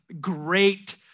great